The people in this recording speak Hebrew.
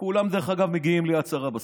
כולם מגיעים ליד שרה בסוף.